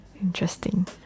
Interesting